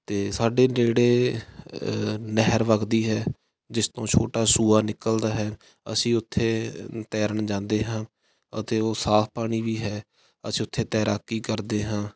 ਅਤੇ ਸਾਡੇ ਨੇੜੇ ਨਹਿਰ ਵੱਗਦੀ ਹੈ ਜਿਸ ਤੋਂ ਛੋਟਾ ਸੂਆ ਨਿਕਲਦਾ ਹੈ ਅਸੀਂ ਉੱਥੇ ਤੈਰਨ ਜਾਂਦੇ ਹਾਂ ਅਤੇ ਉਹ ਸਾਫ ਪਾਣੀ ਵੀ ਹੈ ਅਸੀਂ ਉੱਥੇ ਤੈਰਾਕੀ ਕਰਦੇ ਹਾਂ